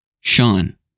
Sean